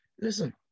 Listen